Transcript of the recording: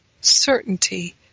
certainty